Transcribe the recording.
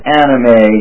anime